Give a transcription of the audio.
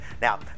Now